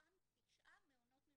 מתוכן תשעה מעונות ממשלתיים,